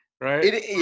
right